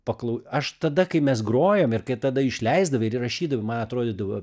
paklau aš tada kai mes grojom ir kai tada išleisdavai ir įrašydavai man atrodydavo